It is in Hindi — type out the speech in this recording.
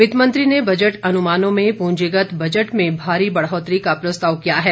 वित्तमंत्री ने बजट अनुमानों में पूंजीगत बजट में भारी बढ़ोतरी का प्रस्ताव किया है